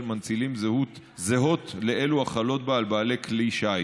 מנצילים זהות לאלו החלות בה על בעלי כלי שיט.